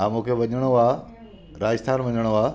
हा मूंखे वञिणो आहे राजस्थान वञिणो आहे